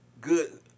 good